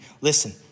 listen